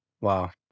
Wow